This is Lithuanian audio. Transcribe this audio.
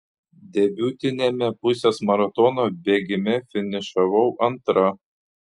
debiutiniame pusės maratono bėgime finišavau antra